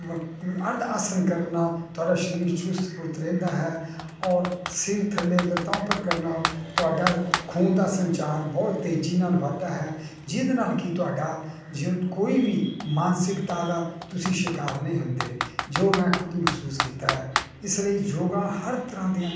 ਅਰਧ ਆਸਨ ਕਰਨ ਨਾਲ ਤੁਹਾਡਾ ਸਰੀਰ ਚੁਸਤ ਫੁਰਤ ਰਹਿੰਦਾ ਹੈ ਔਰ ਸਿਰ ਥੱਲੇ ਲੱਤਾਂ ਉੱਪਰ ਕਰਨ ਨਾਲ ਤੁਹਾਡਾ ਖੂਨ ਦਾ ਸੰਚਾਰ ਬਹੁਤ ਤੇਜ਼ੀ ਨਾਲ ਵੱਧਦਾ ਹੈ ਜਿਹਦੇ ਨਾਲ ਕਿ ਤੁਹਾਡਾ ਜੋ ਕੋਈ ਵੀ ਮਾਨਸਿਕਤਾ ਦਾ ਤੁਸੀਂ ਸ਼ਿਕਾਰ ਨਹੀਂ ਹੁੰਦੇ ਜੋ ਮੈਂ ਖੁਦ ਮਹਿਸੂਸ ਕੀਤਾ ਇਸ ਲਈ ਯੋਗਾ ਹਰ ਤਰ੍ਹਾਂ ਦੀਆਂ